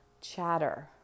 chatter